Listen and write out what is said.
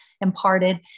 imparted